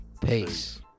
Peace